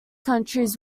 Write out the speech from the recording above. countries